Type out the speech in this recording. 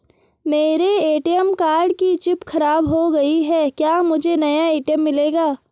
मेरे ATM card की chip खराब हो गयी है क्या मुझे नया ए.टी.एम मिलेगा?